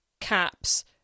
caps